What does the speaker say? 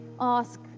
ask